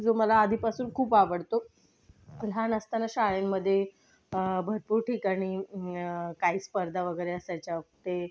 जो मला आधीपासून खूप आवडतो लहान असताना शाळेमध्ये भरपूर ठिकाणी काही स्पर्धा वगैरे असायच्या ते